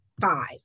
five